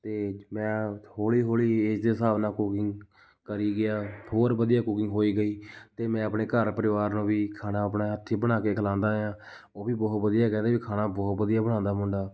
ਅਤੇ ਮੈਂ ਹੌਲੀ ਹੌਲੀ ਏਜ਼ ਦੇ ਹਿਸਾਬ ਨਾਲ਼ ਕੁਕਿੰਗ ਕਰੀ ਗਿਆ ਹੋਰ ਵਧੀਆ ਕੁਕਿੰਗ ਹੋਈ ਗਈ ਅਤੇ ਮੈਂ ਆਪਣੇ ਘਰ ਪਰਿਵਾਰ ਨੂੰ ਵੀ ਖਾਣਾ ਆਪਣੇ ਹੱਥੀਂ ਬਣਾ ਕੇ ਖਲਾਂਦਾ ਹਾਂ ਉਹ ਵੀ ਬਹੁਤ ਵਧੀਆ ਕਹਿੰਦੇ ਵੀ ਖਾਣਾ ਬਹੁਤ ਵਧੀਆ ਬਣਾਉਂਦਾ ਮੁੰਡਾ